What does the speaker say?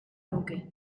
nuke